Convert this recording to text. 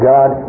God